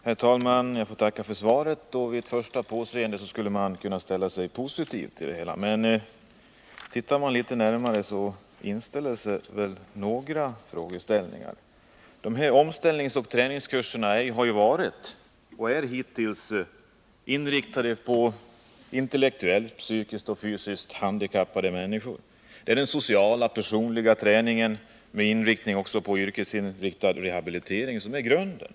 Herr talman! Jag får tacka för svaret. Vid första påseendet förefaller det som om man skulle kunna ställa sig positiv till det hela, men tittar man litet närmare på svaret inställer sig några frågor. Omställningsoch träningskurserna har hittills varit inriktade på intellektuellt, psykiskt och fysiskt handikappade människor. Den sociala och personliga träningen, med sikte också på yrkesinriktad rehabilitering, är grunden.